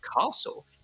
Castle